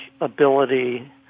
ability